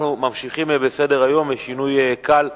אנחנו ממשיכים בסדר-היום בשינוי קל,